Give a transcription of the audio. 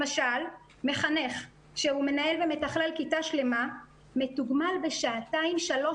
למשל מחנך שהוא מנהל ומתכלל כיתה שלמה מתוגמל בשעתיים-שלוש